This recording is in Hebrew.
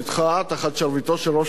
תחת שרביטו של ראש הממשלה,